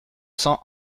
cents